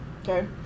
Okay